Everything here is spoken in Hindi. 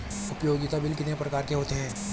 उपयोगिता बिल कितने प्रकार के होते हैं?